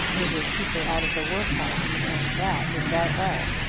it would keep her out of the workhouse, and that is about all.